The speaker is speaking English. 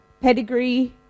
pedigree